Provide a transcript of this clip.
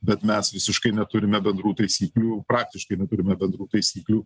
bet mes visiškai neturime bendrų taisyklių praktiškai neturime bendrų taisyklių